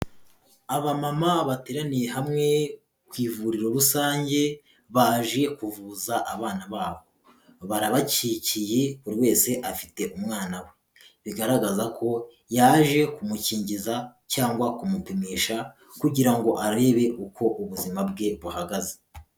Abamama bateraniye hamwe ku ivuriro rusange, baje kuvuza abana babo. Barabakikiye buri wese afite umwana we bigaragaza ko yaje kumukingiza cyangwa kumupimisha, kugira ngo arebe uko ubuzima bwe buhagaze.